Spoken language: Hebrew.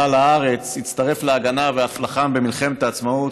עלה לארץ, הצטרך להגנה ואף לחם במלחמת העצמאות.